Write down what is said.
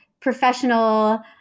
professional